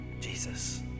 Jesus